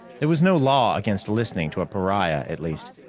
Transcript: there was no law against listening to a pariah, at least.